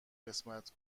قسمتش